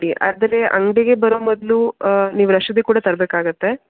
ಆದರೆ ಅಂಗಡಿಗೆ ಬರೋ ಮೊದಲು ನೀವು ರಶೀದಿ ಕೂಡ ತರಬೇಕಾಗತ್ತೆ